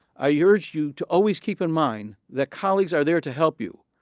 i urge you to always keep in mind that colleagues are there to help you.